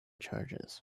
charges